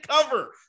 cover